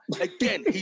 again